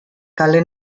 kale